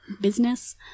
business